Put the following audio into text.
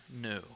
new